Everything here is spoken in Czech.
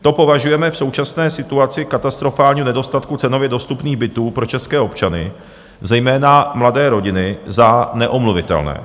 To považujeme v současné situaci katastrofálního nedostatku cenově dostupných bytů pro české občany, zejména mladé rodiny, za neomluvitelné.